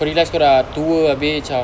kau realised kau dah tua abeh macam